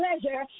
pleasure